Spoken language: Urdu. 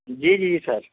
جی جی سر